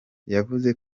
yavuze